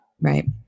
Right